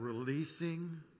Releasing